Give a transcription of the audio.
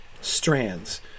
strands